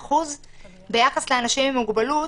5% וביחס לאנשים עם מוגבלות,